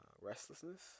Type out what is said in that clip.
restlessness